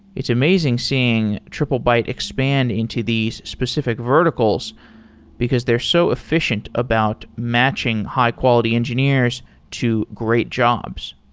it's amazing seeing triplebyte expand into these specific verticals because they're so efficient about matching high-quality engineers to great jobs.